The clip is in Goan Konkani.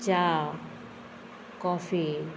च्या कॉफी